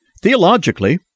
Theologically